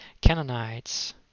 Canaanites